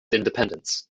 independence